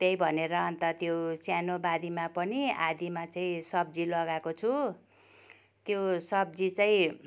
त्यही भनेर अन्त त्यो सानो बारीमा पनि आधामा चाहिँ सब्जी लगाएको छु त्यो सब्जी चाहिँ